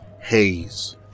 haze